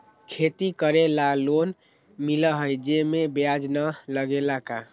खेती करे ला लोन मिलहई जे में ब्याज न लगेला का?